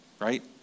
right